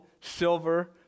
silver